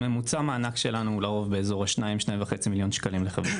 ממוצע מענק שלנו הוא לרוב באזור ה 2-2.5 מיליון ₪.